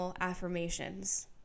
affirmations